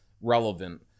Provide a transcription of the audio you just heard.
relevant